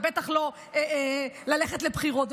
ובטח לא ללכת לבחירות.